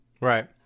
Right